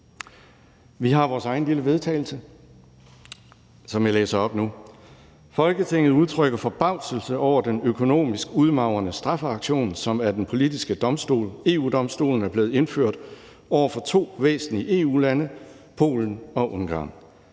Forslag til vedtagelse »Folketinget udtrykker forbavselse over den økonomisk udmagrende straffeaktion, som af den politiske domstol, EU-Domstolen, er blevet indført over for to væsentlige EU-lande, Polen og Ungarn.